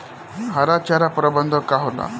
हरा चारा प्रबंधन का होला?